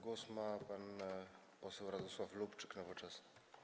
Głos ma pan poseł Radosław Lubczyk, Nowoczesna.